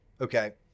Okay